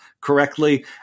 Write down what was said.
correctly